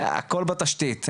הכול בתשתית,